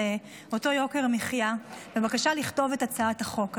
אותו יוקר המחיה בבקשה לכתוב את הצעת החוק הזו.